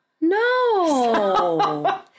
No